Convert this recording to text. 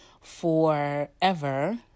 forever